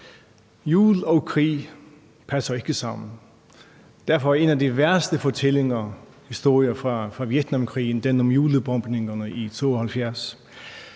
Jul og krig passer ikke sammen. Derfor er en af de værste historier fra Vietnamkrigen den om julebombningerne i 1972,